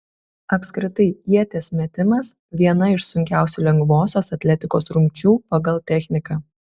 apskritai ieties metimas viena iš sunkiausių lengvosios atletikos rungčių pagal techniką